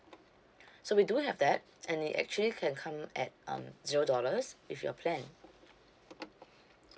so we do have that and it actually can come at um zero dollars with your plan